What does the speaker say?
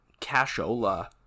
cashola